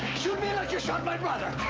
shoot me like you shot my brother.